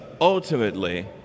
ultimately